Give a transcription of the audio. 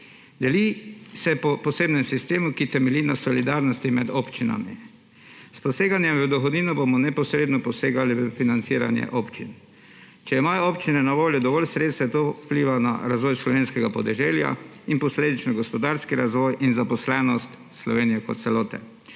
Deli se po posebnem sistemu, ki temelji na solidarnosti med občinami. S poseganjem v dohodnino bomo neposredno posegali v financiranje občin. Če imajo občine na voljo dovolj sredstev, to vpliva na razvoj slovenskega podeželja in posledično na gospodarski razvoj in zaposlenost Slovenije kot celote.